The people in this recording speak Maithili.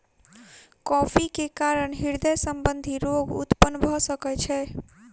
कॉफ़ी के कारण हृदय संबंधी रोग उत्पन्न भअ सकै छै